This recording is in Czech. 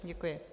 Děkuji.